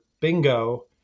Bingo